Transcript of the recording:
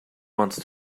wants